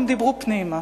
הם דיברו פנימה.